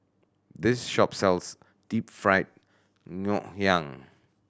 this shop sells Deep Fried Ngoh Hiang